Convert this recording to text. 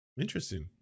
Interesting